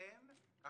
לא